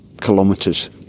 kilometers